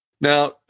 now